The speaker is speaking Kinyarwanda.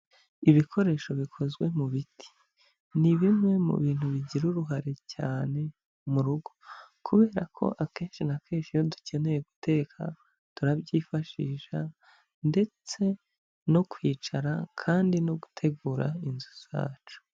Ibikoresho bikozwe mu biti, ni bimwe mu bintu bigira uruhare cyane mu rugo, kubera ko akenshi na kenshi iyo dukeneye guteka turabyifashisha ndetse no kwicara kandi no gutegura inzu zacu.